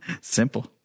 Simple